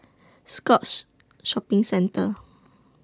Scotts Shopping Centre